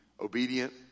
obedient